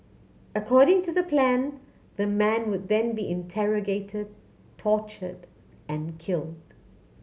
according to the plan the man would then be interrogated tortured and killed